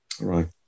Right